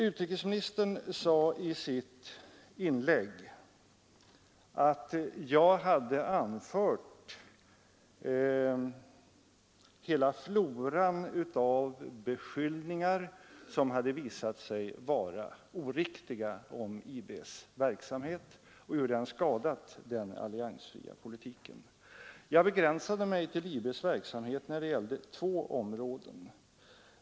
Utrikesministern sade i sitt inlägg att jag hade anfört hela floran av beskyllningar, som hade visat sig vara oriktiga, om IB:s verksamhet och därmed skadat den alliansfria politiken. Jag begränsade mig till IB:s verksamhet när det gällde två områden.